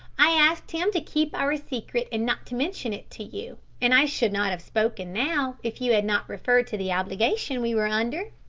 i asked him to keep our secret and not to mention it to you, and i should not have spoken now if you had not referred to the obligation we were under.